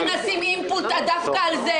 אבל אנחנו רוצים לשים אינפוט דווקא על זה.